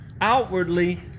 outwardly